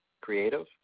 Creative